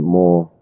more